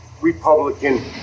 Republican